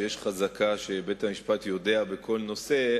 שיש חזקה שבית-המשפט יודע בכל נושא,